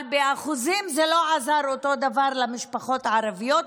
אבל באחוזים זה לא עזר אותו דבר למשפחות הערביות.